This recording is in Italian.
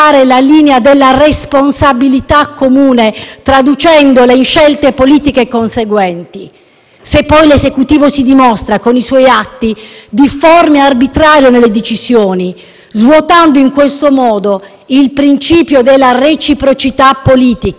se poi l'Esecutivo, con i suoi atti, si dimostra difforme e arbitrario nelle decisioni, svuotando in questo modo il principio della reciprocità politica e dilatando i confini dell'azione di Governo ben oltre le coordinate istituzionali?